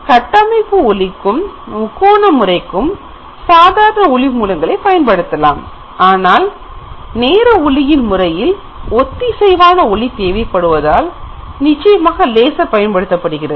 கட்டமைப்பு ஒலிக்கும் முக்கோண முறைக்கும் சாதாரண ஒளி மூலங்களை பயன்படுத்தலாம் ஆனால் நேர ஒளியின் முறையில் ஒத்திசைவான ஒளி தேவைப்படுவதால் லேசர் பயன்படுத்தப்படுகிறது